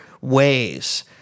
ways